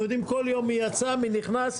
אנחנו יודעים כל יום מי יצא, מי נכנס.